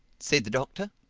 said the doctor,